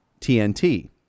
TNT